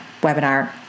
webinar